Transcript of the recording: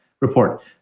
Report